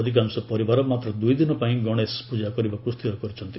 ଅଧିକାଂଶ ପରିବାର ମାତ୍ର ଦୁଇ ଦିନ ପାଇଁ ଗଣେଶ ପୂଜା କରିବାକୁ ସ୍ଥିର କରିଛନ୍ତି